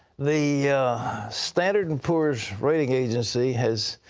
the standard and poor's rating agency has